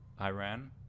Iran